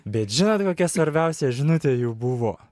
bet žinot kokia svarbiausia žinutė jų buvo